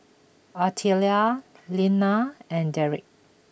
Artelia Leanna and Derik